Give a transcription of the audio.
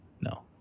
No